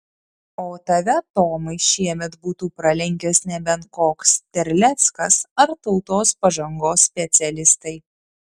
o tave tomai šiemet būtų pralenkęs nebent koks terleckas ar tautos pažangos specialistai